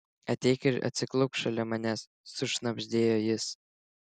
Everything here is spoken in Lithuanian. ateik ir atsiklaupk šalia manęs sušnabždėjo jis